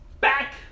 back